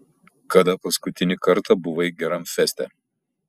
kada paskutinį kartą buvai geram feste